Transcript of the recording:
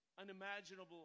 unimaginable